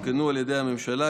שהותקנו על ידי הממשלה,